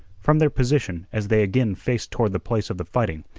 from their position as they again faced toward the place of the fighting,